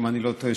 אם אני לא טועה,